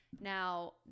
now